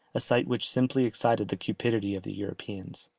a sight which simply excited the cupidity of the europeans.